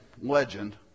legend